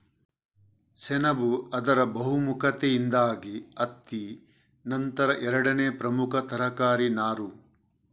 ಸೆಣಬು ಅದರ ಬಹುಮುಖತೆಯಿಂದಾಗಿ ಹತ್ತಿ ನಂತರ ಎರಡನೇ ಪ್ರಮುಖ ತರಕಾರಿ ನಾರು